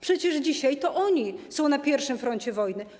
Przecież dzisiaj to oni są na pierwszym froncie wojny.